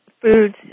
foods